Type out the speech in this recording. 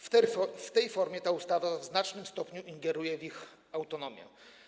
W tej formie ta ustawa w znacznym stopniu ingeruje w ich autonomię.